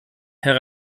herr